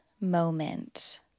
moment